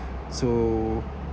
so